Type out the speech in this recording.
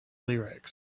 lyrics